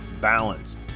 balance